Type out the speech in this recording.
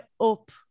up